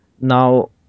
Now